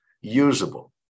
usable